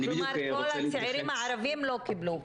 כלומר, כל הצעירים הערבים לא קיבלו.